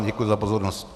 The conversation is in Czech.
Děkuji za pozornost.